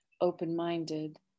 open-minded